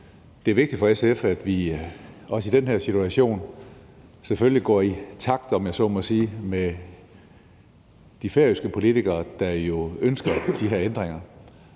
Det er vigtigt for SF, at vi også i den her situation selvfølgelig går i takt, om jeg så må sige, med de færøske politikere, der jo ønsker de her ændringer.